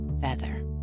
feather